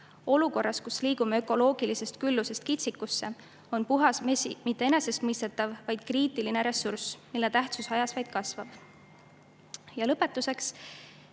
Olukorras, kus liigume ökoloogilisest küllusest kitsikusse, on puhas vesi mitte enesestmõistetav, vaid [kriitilise tähtsusega ressurss], mille olulisus ajas vaid kasvab. Ja lõpetuseks.